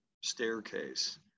staircase